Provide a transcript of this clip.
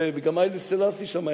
וגם היילה סלאסי שם,